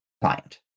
client